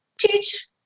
teach